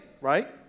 right